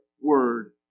word